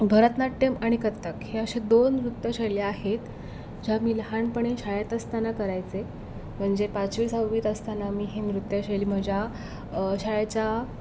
भरतनाट्यम आणि कथ्थक ह्या अशा दोन नृत्यशैल्या आहेत ज्या मी लहानपणी शाळेत असताना करायचे म्हणजे पाचवी सहावीत असताना मी हे नृत्यशैली माझ्या शाळेच्या